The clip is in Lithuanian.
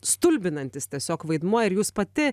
stulbinantis tiesiog vaidmuo ir jūs pati